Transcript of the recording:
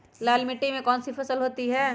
लाल मिट्टी में कौन सी फसल होती हैं?